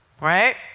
Right